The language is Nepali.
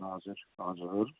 हजुर हजुर